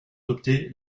adopté